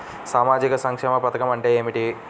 సామాజిక సంక్షేమ పథకం అంటే ఏమిటి?